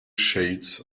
shades